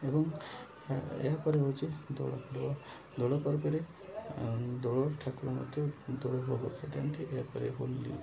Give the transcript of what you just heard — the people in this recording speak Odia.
ଏବଂ ଏହା ପରେ ହେଉଛି ଦୋଳପୂର୍ଣ୍ଣିମା ଦୋଳ ପର୍ବରେ ଦୋଳ ଠାକୁର ମଧ୍ୟ ଦୋଳ ଭୋଗ ଖାଇଥାନ୍ତି ଏହା ପରେ ହୋଲି